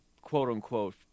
quote-unquote